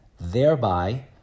thereby